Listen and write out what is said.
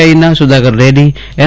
આઈના Sudhakar Reddy N